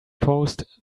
post